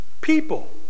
people